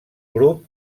grup